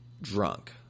drunk